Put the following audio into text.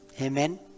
Amen